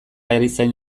erizain